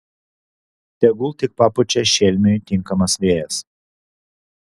tegul tik papučia šelmiui tinkamas vėjas